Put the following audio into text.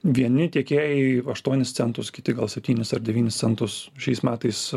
vieni tiekėjai aštuonis centus kiti gal septynis ar devynis centus šiais metais